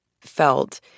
felt